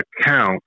account